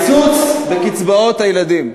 קיצוץ בקצבאות הילדים.